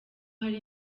hari